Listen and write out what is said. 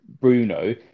Bruno